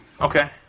Okay